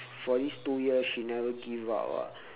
for these two years she never give up ah